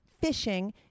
fishing